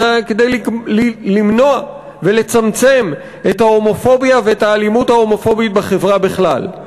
אלא כדי למנוע ולצמצם את ההומופוביה ואת האלימות ההומופובית בחברה בכלל.